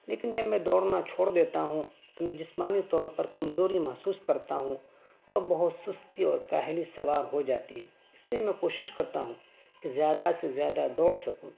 لیکن جب میں دوڑنا چھوڑ دیتا ہوں تو میں جسمانی طور پر کمزوری محسوس کرتا ہوں اور بہت سستی اور کاہلی سوار ہو جاتی ہے اس لیے میں کوشش کرتا ہوں کہ زیادہ سے زیادہ دوڑ سکوں